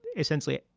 essentially,